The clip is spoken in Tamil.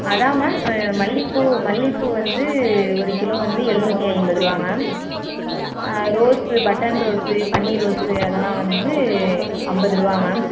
அதான் மேம் மல்லிகைப்பூ மல்லிகைப்பூ வந்து ஒரு கிலோ வந்து எழுநூற்றி ஐம்பது ரூபா மேம் ஆ ரோஸூ பட்டன் ரோஸூ பன்னீர் ரோஸூ அதெல்லாம் வந்து ஐம்பது ரூபா மேம்